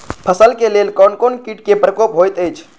फसल के लेल कोन कोन किट के प्रकोप होयत अछि?